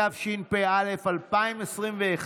התשפ"א 2021,